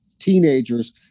teenagers